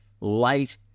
light